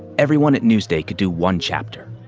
everyone at newsday could do one chapter.